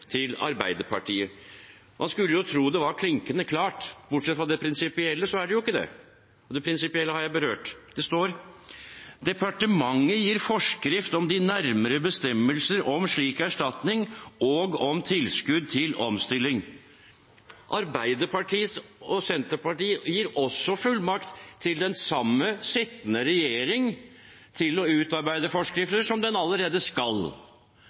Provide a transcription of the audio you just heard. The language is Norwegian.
til Arbeiderpartiet. Man skulle jo tro det var klinkende klart. Bortsett fra det prinsipielle er det jo ikke det, og det prinsipielle har jeg berørt. Det står: «Departementet gir forskrift om de nærmere bestemmelser om slik erstatning og om tilskudd til omstilling.» Arbeiderpartiet og Senterpartiet gir også fullmakt til den samme sittende regjering til å utarbeide forskrifter, som den allerede skal.